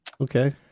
Okay